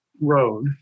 road